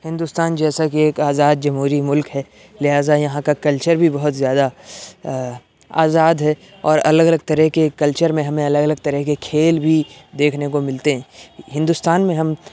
ہندوستان جیسا کہ ایک آزاد جمہوری مُلک ہے لہٰذا یہاں کا کلچر بھی بہت زیادہ آزاد ہے اور الگ الگ طرح کے کلچر میں ہمیں الگ الگ طرح کے کھیل بھی دیکھنے کو ملتے ہیں ہندوستان میں ہم